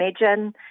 imagine